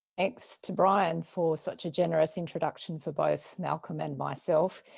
thanks to brian for such a generous introduction for both malcolm and myself.